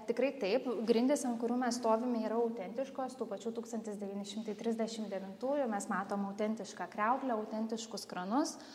tikrai taip grindys ant kurių mes stovime yra autentiškos tų pačių tūkstantis devyni šimtai trisdešim devintųjų mes matom autentišką kriauklę autentiškus kranus